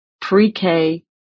pre-K